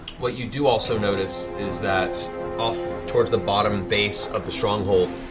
what you do also notice is that off towards the bottom base of the stronghold,